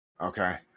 Okay